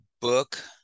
book